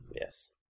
Yes